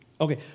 Okay